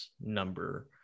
number